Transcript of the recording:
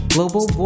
Global